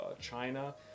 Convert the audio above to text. China